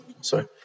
sorry